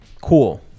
cool